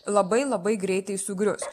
labai labai greitai sugrius